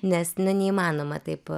nes nu neįmanoma taip